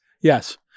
yes